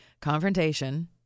confrontation